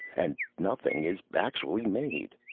and nothing is actually made!